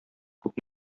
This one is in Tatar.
күп